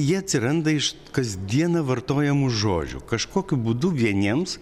jie atsiranda iš kasdieną vartojamų žodžių kažkokiu būdu vieniems